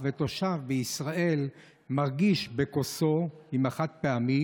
ותושב בישראל מרגיש בכוסו עם החד-פעמי,